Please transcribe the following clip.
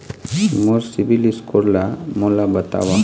मोर CIBIL score ला मोला बताव?